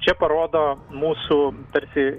čia parodo mūsų tarsi